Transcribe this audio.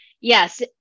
Yes